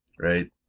right